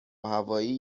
هوایی